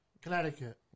Connecticut